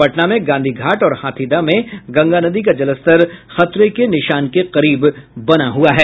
पटना में गांधी घाट और हाथीदह में गंगा नदी का जलस्तर खतरे के निशान के करीब बना हुआ है